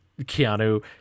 Keanu